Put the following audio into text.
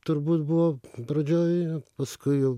turbūt buvo pradžioj paskui jau